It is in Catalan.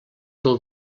del